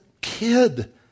kid